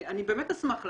אני באמת אשמח לדעת.